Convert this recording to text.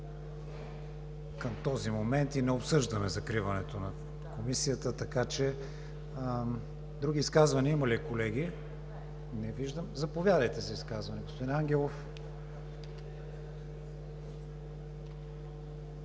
Към този момент и не обсъждаме закриването на Комисията, така че… Други изказвания има ли, колеги? Заповядайте за изказване, господин Ангелов.